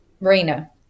marina